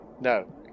no